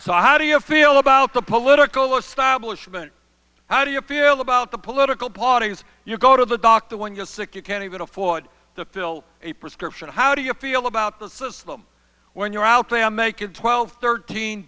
so how do you feel about the political establishment how do you feel about the political parties you go to the doctor when you're sick you can't even afford to fill a prescription how do you feel about the system when you're out there making twelve thirteen